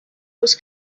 was